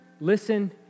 listen